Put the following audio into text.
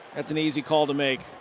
that's an easy call to make.